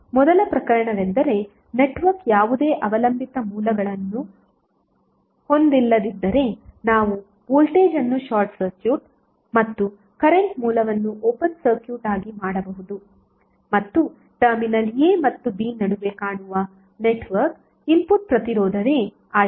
ಮೊದಲ ಪ್ರಕರಣವೆಂದರೆ ನೆಟ್ವರ್ಕ್ ಯಾವುದೇ ಅವಲಂಬಿತ ಮೂಲಗಳನ್ನು ಹೊಂದಿಲ್ಲದಿದ್ದರೆ ನಾವು ವೋಲ್ಟೇಜ್ ಅನ್ನು ಶಾರ್ಟ್ ಸರ್ಕ್ಯೂಟ್ ಮತ್ತು ಕರೆಂಟ್ ಮೂಲವನ್ನು ಓಪನ್ ಸರ್ಕ್ಯೂಟ್ ಆಗಿ ಮಾಡಬಹುದು ಮತ್ತು ಟರ್ಮಿನಲ್ a ಮತ್ತು b ನಡುವೆ ಕಾಣುವ ನೆಟ್ವರ್ಕ್ ಇನ್ಪುಟ್ ಪ್ರತಿರೋಧವೇ RTh